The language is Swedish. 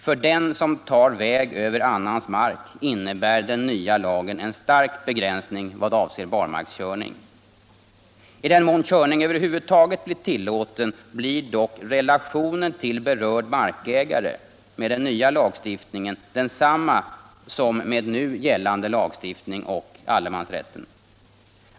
För den som tar väg över annans mark innebär den nya lagen här en stark begränsning. I den mån körning över huvud taget blir tillåten är relationen till berörd markägare med den nya lagstiftningen densamma som med nu gällande lagstiftning och allemansrätten.